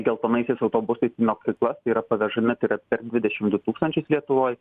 geltonaisiais autobusais į mokyklas tai yra pavežami tai yra per dvidešim du tūkstančius lietuvoj